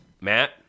Matt